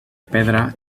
pedra